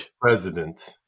president